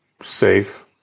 safe